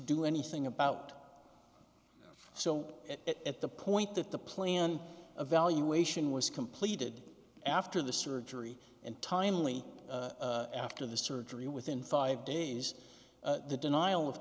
do anything about it so at the point that the plan evaluation was completed after the surgery and timely after the surgery within five days the denial of